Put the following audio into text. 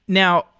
now,